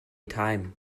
time